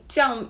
这样